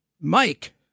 Mike